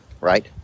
right